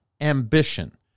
ambition